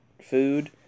food